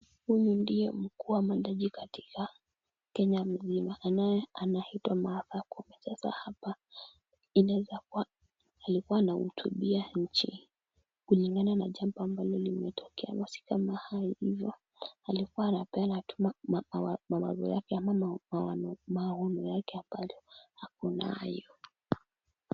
Huyu ndiye mkuu wa majaji katika Kenya nzima ambaye anaitwa Martha Koome. Sasa hapa inaweza kuwa alikuwa anahutubia nchi. Kulingana na jambo ambalo limetokea alikuwa anapeana maoni yake ambayo ako nayo.